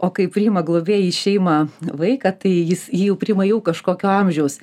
o kai priima globėjai į šeimą vaiką tai jis jį jau priima jau kažkokio amžiaus